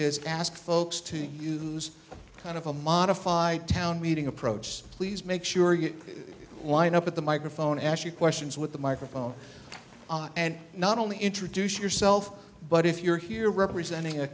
is ask folks to use kind of a modified town meeting approach please make sure you line up at the microphone actually questions with the microphone and not only introduce yourself but if you're here representing a